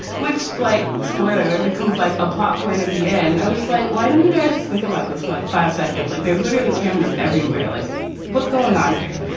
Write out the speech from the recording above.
which like spoiler, it becomes like a pop point at the end. i was just like, why don't you guys just think about this for like five seconds? like, there's literally cameras everywhere, like what's going on here.